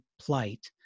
plight